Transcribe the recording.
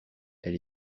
elle